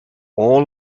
all